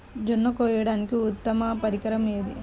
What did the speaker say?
జొన్న కోయడానికి ఉత్తమ పరికరం ఏది?